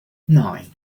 nine